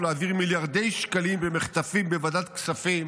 ולהעביר מיליארדי שקלים במחטפים בוועדת הכספים